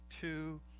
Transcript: two